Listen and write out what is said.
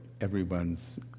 everyone's